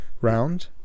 round